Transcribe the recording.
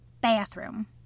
Bathroom